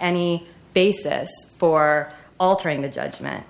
any basis for altering the judgment